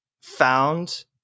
found